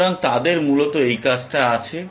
সুতরাং তাদের মূলত এই কাজটা আছে